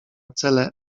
cele